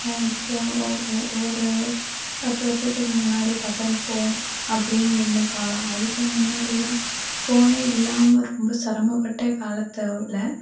ஆனால் இப்போ ஒ ஒரு பத்து வர்ஷத்துக்கு முன்னாடி பட்டன் ஃபோன் அப்படின்னு இருந்த காலம் அதுக்கு முன்னாடிலான் ஃபோனே இல்லாமல் ரொம்ப சிரமப்பட்ட காலத்தில்